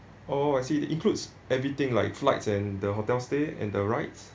oh I see it includes everything like flights and the hotel stay and the rides